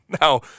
Now